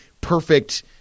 perfect